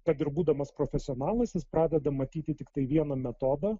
kad ir būdamas profesionalas jis pradeda matyti tiktai vieną metodą